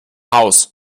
haus